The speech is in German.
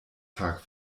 tag